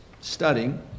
studying